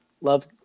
love